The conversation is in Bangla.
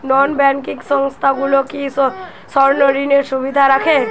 নন ব্যাঙ্কিং সংস্থাগুলো কি স্বর্ণঋণের সুবিধা রাখে?